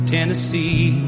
Tennessee